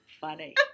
funny